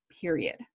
period